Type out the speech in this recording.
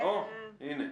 הינה.